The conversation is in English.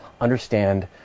understand